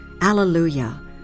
Alleluia